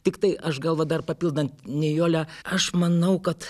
tiktai aš galva dar papildant nijolę aš manau kad